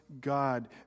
God